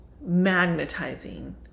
magnetizing